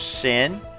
sin